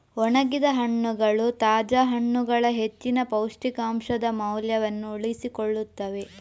ಒಣಗಿದ ಹಣ್ಣುಗಳು ತಾಜಾ ಹಣ್ಣುಗಳ ಹೆಚ್ಚಿನ ಪೌಷ್ಟಿಕಾಂಶದ ಮೌಲ್ಯವನ್ನು ಉಳಿಸಿಕೊಳ್ಳುತ್ತವೆ